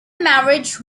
marriage